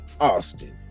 austin